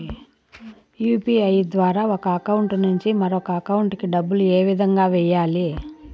UPI ద్వారా ఒక account నుంచి మరొక అకౌంట్ కి డబ్బులు ఏ విధంగా వెయ్యాలి